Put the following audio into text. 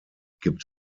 gibt